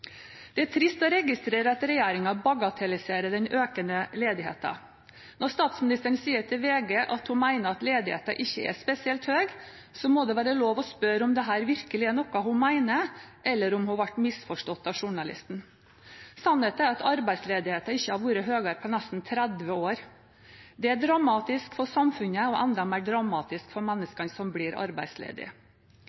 Det er trist å registrere at regjeringen bagatelliserer den økende ledigheten. Når statsministeren sier til VG at hun mener at ledigheten ikke er spesielt høy, må det være lov å spørre om dette virkelig er noe hun mener, eller om hun ble misforstått av journalisten. Sannheten er at arbeidsledigheten ikke har vært høyere på nesten 30 år. Det er dramatisk for samfunnet og enda mer dramatisk for